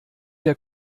der